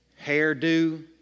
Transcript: hairdo